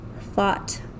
thought